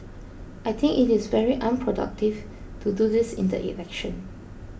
I think it is very unproductive to do this in the election